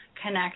connect